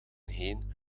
heen